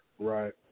Right